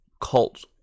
cult